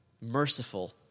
merciful